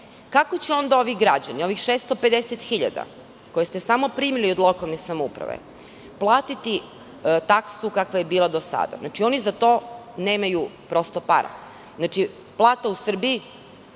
Kako će onda ovi građani, ovih 650.000 koje ste samo primili od lokalnih samouprava, platiti taksu kakva je bila do sada? Znači, oni za to nemaju prosto para. Plata u Srbiji,